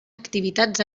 activitats